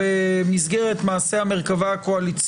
אני מדבר על התמונה הכוללת